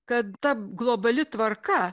kad ta globali tvarka